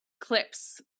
clips